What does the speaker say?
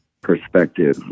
perspective